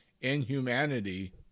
inhumanity